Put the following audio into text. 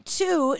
two